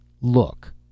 Look